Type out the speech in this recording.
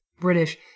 British